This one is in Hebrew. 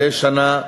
מדי שנה,